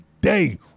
day